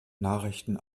nachrichten